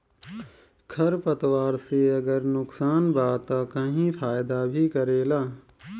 खर पतवार से अगर नुकसान बा त कही फायदा भी करेला